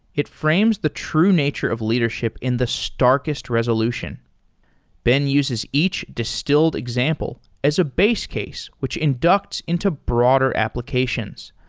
it frames the true nature of leadership in the starkest resolution ben uses each distilled example as a base case, which inducts into broader applications.